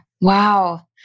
Wow